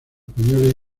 españoles